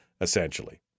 essentially